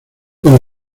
con